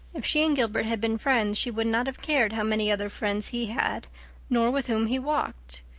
if she and gilbert had been friends she would not have cared how many other friends he had nor with whom he walked.